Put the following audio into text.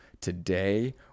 today